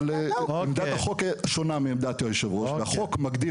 אבל עמדת החוק שונה מעמדת היושב ראש והחוק מגדיר